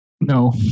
No